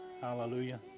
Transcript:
hallelujah